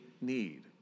need